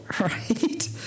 Right